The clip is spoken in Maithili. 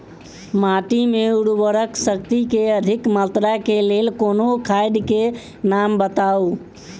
माटि मे उर्वरक शक्ति केँ अधिक मात्रा केँ लेल कोनो खाद केँ नाम बताऊ?